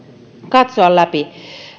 katsoa läpi